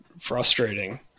frustrating